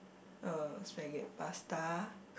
uh spagett~ pasta